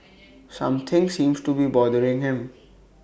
something seems to be bothering him